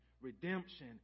redemption